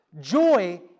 Joy